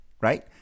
right